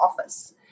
Office